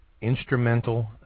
instrumental